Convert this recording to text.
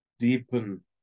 deepen